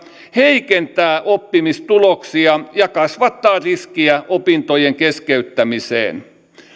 heikentää oppimistuloksia ja kasvattaa riskiä opintojen keskeyttämiseen